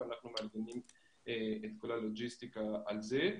אנחנו מארגנים את כל הלוגיסטיקה של זה.